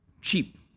cheap